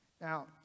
Now